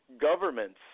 governments